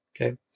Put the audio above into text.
Okay